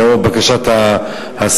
לאור בקשת השר,